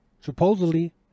supposedly